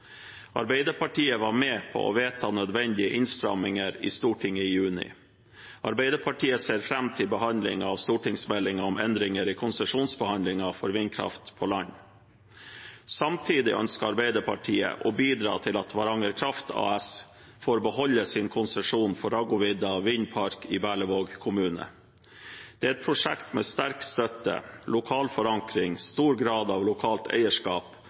Arbeiderpartiet var med på å vedta nødvendige innstramminger i Stortinget i juni. Arbeiderpartiet ser fram til behandlingen av stortingsmeldingen om endringer i konsesjonsbehandlingen for vindkraft på land. Samtidig ønsker Arbeiderpartiet å bidra til at Varanger Kraft AS får beholde sin konsesjon for Raggovidda vindpark i Berlevåg kommune. Det er et prosjekt med sterk støtte, lokal forankring, stor grad av lokalt eierskap